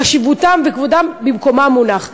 חשיבותן וכבודן במקומם מונחים.